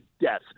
death